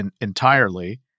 entirely